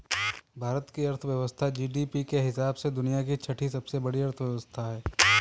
भारत की अर्थव्यवस्था जी.डी.पी के हिसाब से दुनिया की छठी सबसे बड़ी अर्थव्यवस्था है